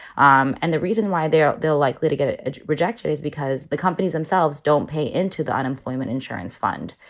um and the reason why they're they're likely to get a rejection is because the companies themselves don't pay into the unemployment insurance fund.